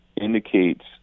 indicates